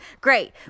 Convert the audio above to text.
great